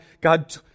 God